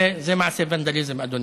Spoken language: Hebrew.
זה מעשה ונדליזם, אדוני.